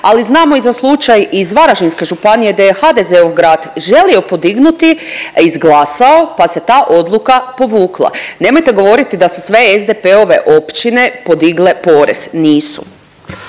Ali znamo i za slučaj iz Varaždinske županije da je HDZ-ov grad želio podignuti, izglasao pa se ta odluka povukla. Nemojte govoriti da su sve SDP-ove općine podigle porez. Nisu.